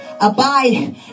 abide